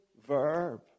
verb